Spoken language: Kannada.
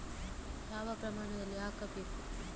ಯಾವ ಪ್ರಮಾಣದಲ್ಲಿ ಹಾಕಬೇಕು?